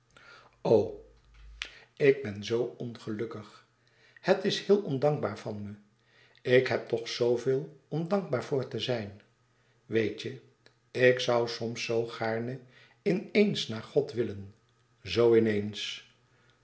ik ben zoo ongelukkig het is heel ondankbaar van me ik heb toch zooveel om dankbaar voor te zijn weet je ik zoû soms zoo gaarne in eens naar god willen zoo